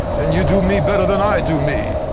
and you do me better than i do me.